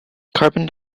carbon